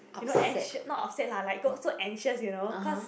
you know anxio~ not upset lah like got so anxious you know because